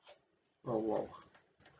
oh !wow!